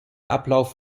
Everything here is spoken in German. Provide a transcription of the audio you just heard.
ablauf